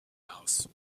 house